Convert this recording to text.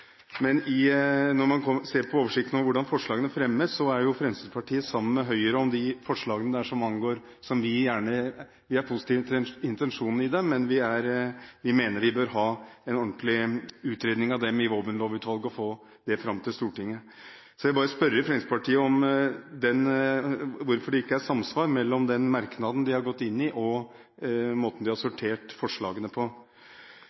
Men når man ser på oversikten over hvordan forslagene fremmes, er jo Fremskrittspartiet sammen med Høyre om de forslagene som angår dette. Vi er positive til intensjonen i forslagene, men mener vi bør ha en ordentlig utredning av dem i Våpenlovutvalget, og få det fram til Stortinget. Så jeg vil spørre Fremskrittspartiet om hvorfor det ikke er samsvar mellom den merknaden de har gått inn i, og måten de har sortert forslagene på.